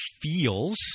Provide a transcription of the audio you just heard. feels